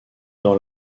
dans